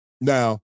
Now